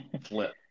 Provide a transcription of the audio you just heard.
flip